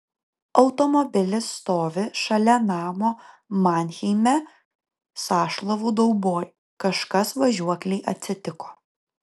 automobilis stovi šalia namo manheime sąšlavų dauboj kažkas važiuoklei atsitiko